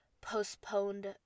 postponed